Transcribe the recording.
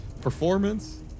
performance